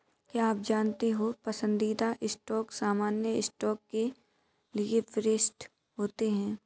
क्या आप जानते हो पसंदीदा स्टॉक सामान्य स्टॉक के लिए वरिष्ठ होते हैं?